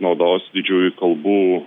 naudos didžiųjų kalbų